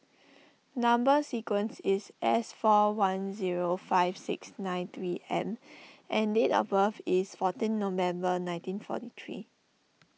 Number Sequence is S four one zero five six nine three M and date of birth is fourteen November nineteen forty three